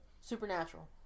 supernatural